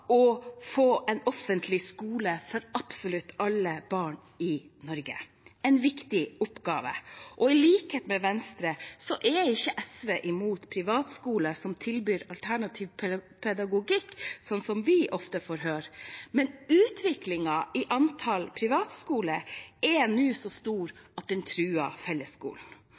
å få en offentlig skole for absolutt alle barn i Norge – en viktig oppgave. I likhet med Venstre er ikke SV imot privatskoler som tilbyr alternativ pedagogikk, sånn som vi ofte får høre, men utviklingen i antall privatskoler er nå så stor at den truer fellesskolen.